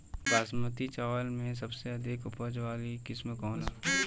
बासमती चावल में सबसे अधिक उपज वाली किस्म कौन है?